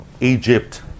Egypt